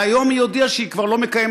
והיום היא כבר הודיעה שהיא כבר לא מקיימת